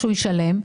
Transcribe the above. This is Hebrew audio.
שהוא ישלם,